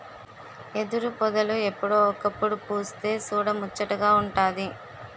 ఎదురుపొదలు ఎప్పుడో ఒకప్పుడు పుస్తె సూడముచ్చటగా వుంటాది